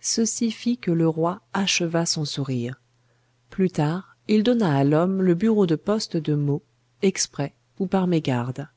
ceci fit que le roi acheva son sourire plus tard il donna à l'homme le bureau de poste de meaux exprès ou par mégarde